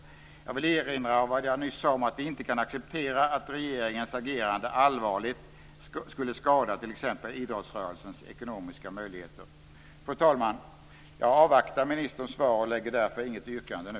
Jag vill erinra om vad jag nyss sade om att vi inte kan acceptera att regeringens agerande allvarligt skulle skada t.ex. idrottsrörelsens ekonomiska möjligheter. Fru talman! Jag avvaktar ministerns svar och framställer därför inget yrkande nu.